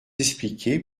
expliquer